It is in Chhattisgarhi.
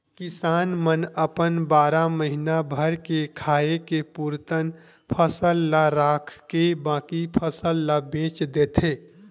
किसान मन अपन बारा महीना भर के खाए के पुरतन फसल ल राखके बाकी फसल ल बेच देथे